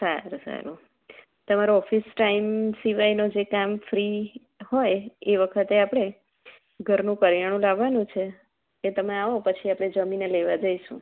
સારું સારું તમારો ઓફિસ ટાઈમ સિવાયનો જે ટામ ફ્રી હોય એ વખતે આપણે ઘરનું કરિયાણું લાવવાનું છે એ તમે આવો પછી આપણે જમીને લેવા જઈશું